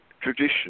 tradition